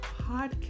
podcast